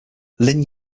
lin